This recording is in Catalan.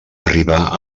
arribar